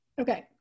Okay